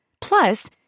Plus